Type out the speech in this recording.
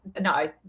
no